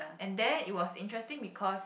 and there it was interesting because